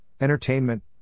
entertainment